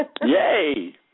Yay